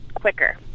quicker